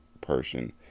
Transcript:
person